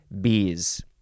bees